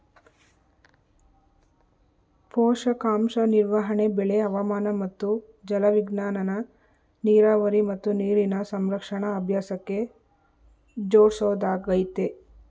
ಪೋಷಕಾಂಶ ನಿರ್ವಹಣೆ ಬೆಳೆ ಹವಾಮಾನ ಮತ್ತು ಜಲವಿಜ್ಞಾನನ ನೀರಾವರಿ ಮತ್ತು ನೀರಿನ ಸಂರಕ್ಷಣಾ ಅಭ್ಯಾಸಕ್ಕೆ ಜೋಡ್ಸೊದಾಗಯ್ತೆ